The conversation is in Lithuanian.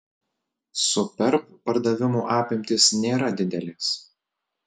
superb pardavimų apimtys nėra didelės